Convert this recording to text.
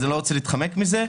אז לא צריך להתחמק מזה.